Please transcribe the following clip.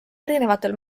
erinevatel